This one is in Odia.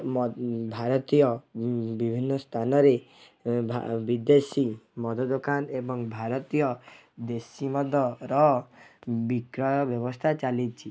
ଭାରତୀୟ ବିଭିନ୍ନ ସ୍ଥାନରେ ଭା ବିଦେଶୀ ମଦ ଦୋକାନ ଏବଂ ଭାରତୀୟ ଦେଶୀ ମଦର ବିକ୍ରୟ ବ୍ୟବସ୍ଥା ଚାଲିଛି